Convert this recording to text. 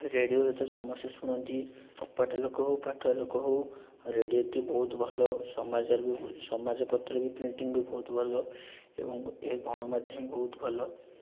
ରେଡ଼ିଓରୁ ତ ସମସ୍ତେ ଶୁଣନ୍ତି ଅପାଠୁଆ ଲୋକ ହେଉ ପାଠୁଆ ଲୋକ ହେଉ ରେଡ଼ିଓଟି ବହୁତ ଭଲ ସମାଜରୁ ସମାଜପତ୍ର ପ୍ରିଣ୍ଟିଙ୍ଗ୍ ବି ବହୁତ ଭଲ ଏବଂ ଏ ଗଣମାଧ୍ୟମ ବହୁତ ଭଲ